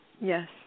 Yes